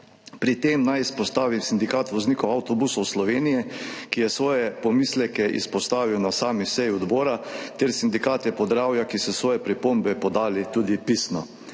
Pri tem naj izpostavim Sindikat voznikov avtobusov Slovenije, ki je svoje pomisleke izpostavil na sami seji odbora, ter Sindikate Podravja, ki so svoje pripombe podali tudi pisno.